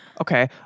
Okay